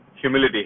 humility